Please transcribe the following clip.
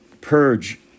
purge